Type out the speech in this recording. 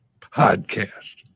podcast